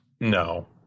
No